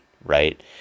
right